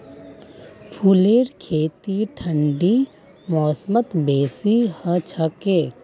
फूलेर खेती ठंडी मौसमत बेसी हछेक